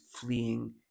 fleeing